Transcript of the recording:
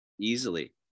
Easily